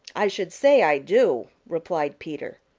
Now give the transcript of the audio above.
i should say i do, replied peter.